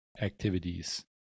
activities